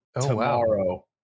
tomorrow